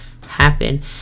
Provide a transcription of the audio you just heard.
happen